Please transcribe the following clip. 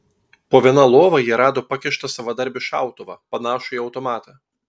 po viena lova jie rado pakištą savadarbį šautuvą panašų į automatą